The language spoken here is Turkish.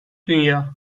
dünya